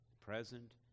present